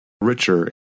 richer